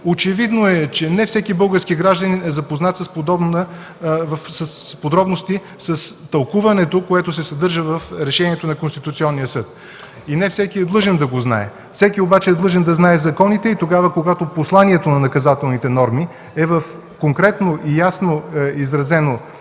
Очевидно е, че не всеки български гражданин е запознат в подробности с тълкуването, което се съдържа в решението на Конституционния съд, и не всеки е длъжен да го знае. Всеки обаче е длъжен да знае законите и когато посланието на наказателните норми е в конкретно и ясно изразена